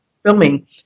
filming